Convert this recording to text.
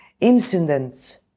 incidents